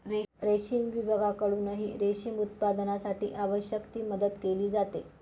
रेशीम विभागाकडूनही रेशीम उत्पादनासाठी आवश्यक ती मदत केली जाते